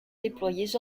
déployés